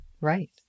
Right